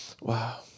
Wow